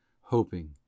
hoping